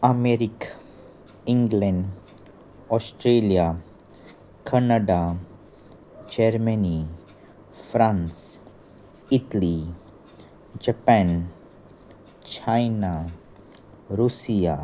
America England Australia Canada Germany France Italy Japan China Russia